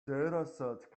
dataset